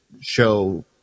show